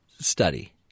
study